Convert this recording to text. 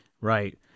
right